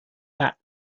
that